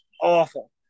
Awful